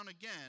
again